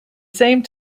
same